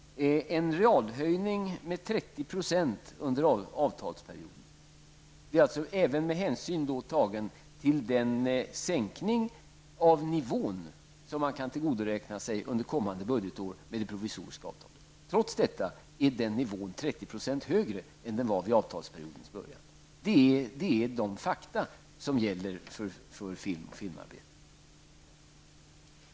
Det har varit en realhöjning med 30 % under avtalsperioden, även om hänsyn tas till den sänkning av nivån som man kan tillgodoräkna sig under kommande budgetår med det provisoriska avtalet. Trots detta är den nivån 30 % högre än vid avtalsperiodens början. Detta är de fakta som gäller för filmen och filmarbetet.